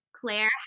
claire